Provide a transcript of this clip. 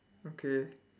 okay